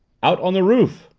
out on the roof!